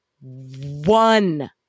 one